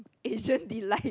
Asian delight